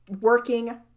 working